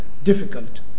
Difficult